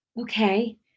Okay